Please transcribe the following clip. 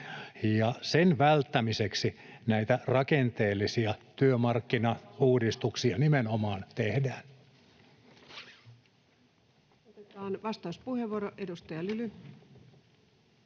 sen välttämiseksi näitä rakenteellisia työmarkkinauudistuksia nimenomaan tehdään.